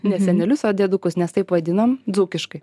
ne senelius o diedukus nes taip vadinom dzūkiškai